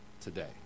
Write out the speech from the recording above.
today